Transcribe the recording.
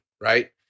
Right